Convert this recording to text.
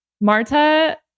Marta